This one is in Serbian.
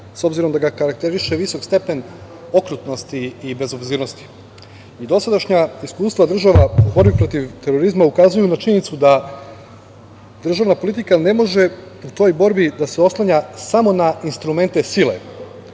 s obzirom da ga karakteriše visok stepen okrutnosti i bezobzirnosti. Dosadašnja iskustva država u borbi protiv terorizma ukazuju na činjenicu da državna politika ne može u toj borbi da se oslanja samo na instrumente sile